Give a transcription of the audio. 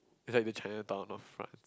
is like the Chinatown of friends